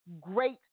Great